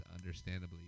understandably